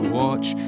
watch